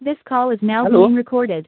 this call is now been hello recorded